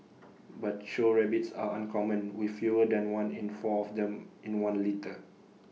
but show rabbits are uncommon with fewer than one in four of them in one litter